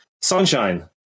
sunshine